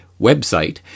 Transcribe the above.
website